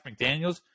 McDaniels